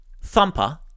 Thumper